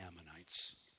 Ammonites